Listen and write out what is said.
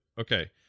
Okay